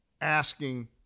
asking